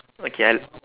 okay I'll